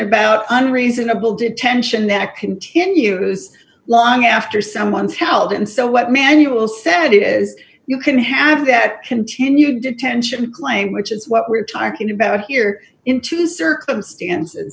about unreasonable detention that continues long after someone tell them so what manual said it is you can have that continued detention claim which is what we're talking about here in two circumstances